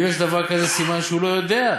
אם יש דבר כזה, סימן שהוא לא יודע.